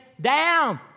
down